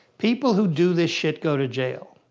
people who do this shit go to jail.